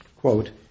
quote